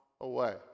away